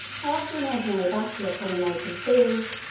after an ordinary battle upon an open field,